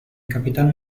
capitán